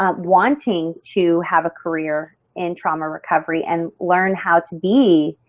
um wanting to have a career in trauma recovery and learn how to be